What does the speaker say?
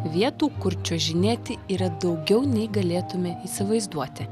vietų kur čiuožinėti yra daugiau nei galėtume įsivaizduoti